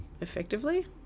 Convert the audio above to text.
effectively